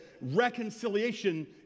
reconciliation